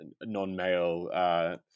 non-male